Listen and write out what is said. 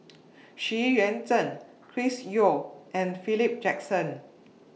Xu Yuan Zhen Chris Yeo and Philip Jackson